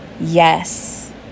yes